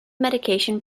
medication